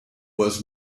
was